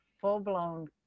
full-blown